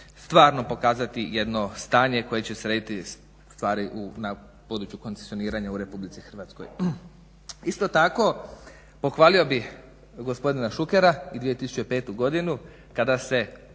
stvarno pokazati jedno stanje koje će srediti stvari na području koncesioniranja u Republici Hrvatskoj. Isto tako pohvalio bih gospodina Šukera i 2005. godinu kada se